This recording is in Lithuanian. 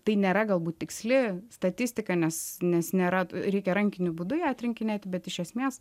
tai nėra galbūt tiksli statistika nes nes nėra reikia rankiniu būdu ją atrinkinėti bet iš esmės